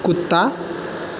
कुत्ता